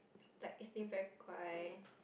like very 乖: guai